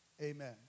Amen